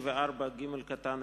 54(ג)(1)